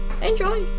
Enjoy